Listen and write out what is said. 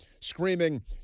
screaming